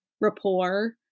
rapport